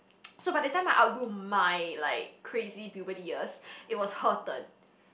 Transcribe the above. so by that time I outgrew my like crazy puberty years it was her turn